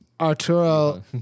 Arturo